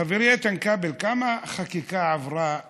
חברי איתן כבל, כמה חקיקה עברה